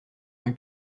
rue